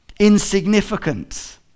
insignificant